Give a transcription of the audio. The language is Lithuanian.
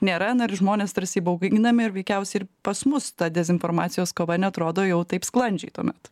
nėra na ir žmonės tarsi įbauginami ir veikiausiai ir pas mus ta dezinformacijos kova neatrodo jau taip sklandžiai tuomet